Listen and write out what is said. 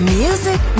music